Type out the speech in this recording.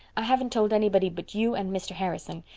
i haven't told anybody but you and mr. harrison.